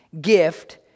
gift